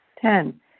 Ten